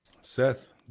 Seth